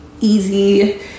Easy